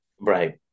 Right